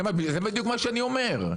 זה בדיוק מה שאני אומר.